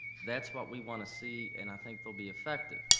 that's what we wanna see, and i think they'll be effective.